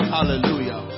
Hallelujah